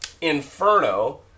inferno